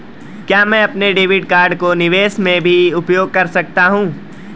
क्या मैं अपने डेबिट कार्ड को विदेश में भी उपयोग कर सकता हूं?